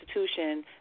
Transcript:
institution